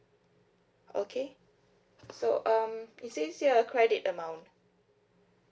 okay so um it says here credit amount